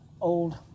old